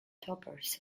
toppers